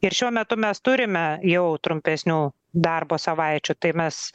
ir šiuo metu mes turime jau trumpesnių darbo savaičių tai mes